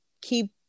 keep